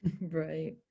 Right